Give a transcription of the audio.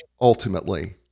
ultimately